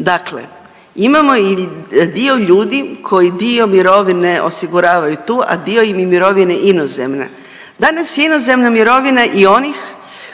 Dakle imamo dio ljudi koji dio mirovine osiguravaju tu, a dio im je mirovine inozemna. Danas je inozemna mirovina i onih